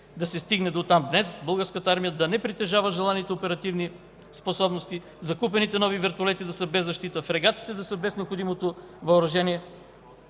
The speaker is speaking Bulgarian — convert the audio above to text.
да се стигне дотам днес Българската армия да не притежава желание за оперативни способности, закупените нови вертолети да са без защита, фрегатите да са без необходимото въоръжение,